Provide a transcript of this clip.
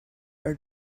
are